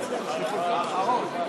גואטה.